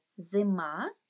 zima